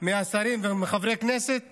מהשרים ומחברי הכנסת